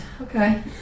okay